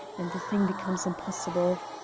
and the thing becomes impossible.